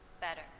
better